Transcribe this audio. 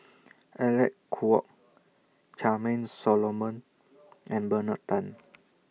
Alec Kuok Charmaine Solomon and Bernard Tan